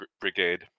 Brigade